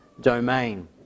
domain